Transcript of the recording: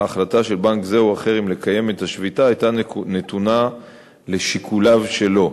ההחלטה של בנק זה או אחר אם לקיים את השביתה היתה נתונה לשיקוליו שלו.